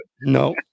No